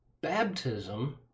baptism